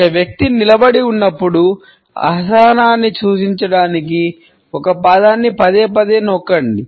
ఒక వ్యక్తి నిలబడి ఉన్నప్పుడు అసహనాన్ని సూచించడానికి ఒక పాదాన్ని పదేపదే నొక్కండి